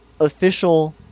official